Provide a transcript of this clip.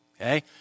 okay